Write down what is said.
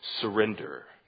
surrender